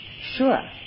sure